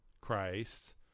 Christ